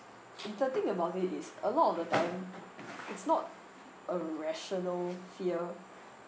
and the thing about it is a lot of the time it's not a rational fear